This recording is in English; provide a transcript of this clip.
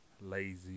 lazy